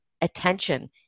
attention